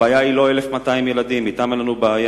הבעיה היא לא 1,200 ילדים, אתם אין לנו בעיה.